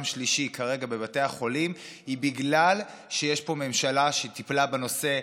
שלישי כרגע בבתי החולים היא בגלל שיש פה ממשלה שטיפלה בנושא,